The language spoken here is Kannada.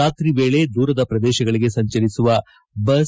ರಾತ್ರಿ ವೇಳೆ ದೂರದ ಪ್ರದೇಶಗಳಿಗೆ ಸಂಚರಿಸುವ ಬಸ್